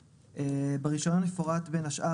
6/א'.ברישיון יפורט בין השאר,